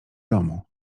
domu